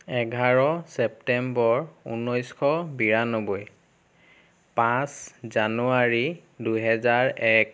এঘাৰ ছেপ্টেম্বৰ ঊনৈছশ বিৰানব্বৈ পাঁচ জানুৱাৰী দুহেজাৰ এক